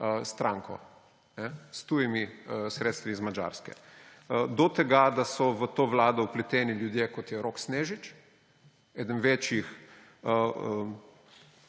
stranko s tujimi sredstvi iz Madžarske. Do tega, da so v to vlado vpleteni ljudje, kot je Rok Snežič, eden večjih